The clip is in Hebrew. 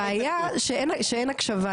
הבעיה שאין הקשבה,